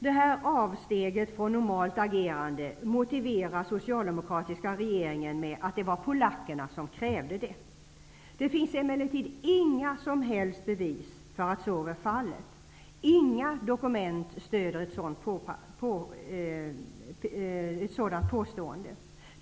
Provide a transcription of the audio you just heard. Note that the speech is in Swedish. Detta avsteg från normalt agerande motiverar den socialdemokratiska regeringen med att det var polackerna som krävde det. Det finns emellertid inga som helst bevis för att så var fallet. Inga dokument stöder ett sådant påstående.